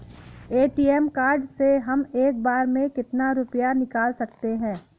ATM card से हम एक बार में कितना रुपया निकाल सकते हैं?